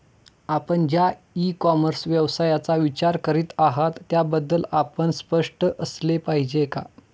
आपण ज्या e commerce व्यवसायाचा विचार करीत आहात त्याबद्दल आपण स्पष्ट असले पाहिजे का?